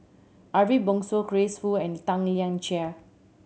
Ariff Bongso Grace Fu and Tan Lian Chye